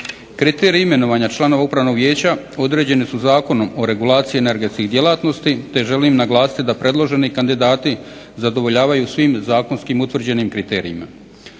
Kriteriji imenovanja članova Upravnog vijeća određeni su Zakonom o regulaciji energetskih djelatnosti te želim naglasiti da predloženi kandidati zadovoljavaju svim zakonskim utvrđenim kriterijima.